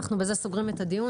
אנחנו בזה סוגרים את הדיון,